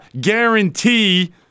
guarantee